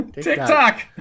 TikTok